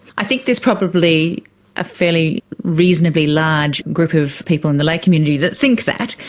i think there's probably a fairly reasonably large group of people in the lay community that think that.